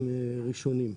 בשלבים ראשוניים.